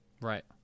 Right